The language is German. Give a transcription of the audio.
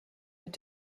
mit